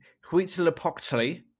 Huitzilopochtli